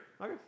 Okay